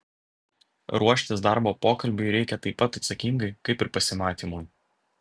ruoštis darbo pokalbiui reikia taip pat atsakingai kaip ir pasimatymui